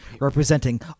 representing